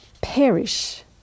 perish